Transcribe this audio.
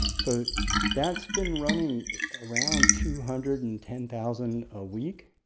so that's been running around two hundred and ten thousand a week,